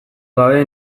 gabe